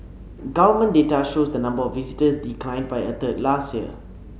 government data shows the number of visitors declined by a third last year